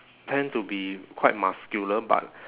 tend to be quite muscular but